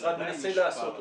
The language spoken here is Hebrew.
שהמשרד מנסה לעשות אותם.